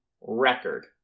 record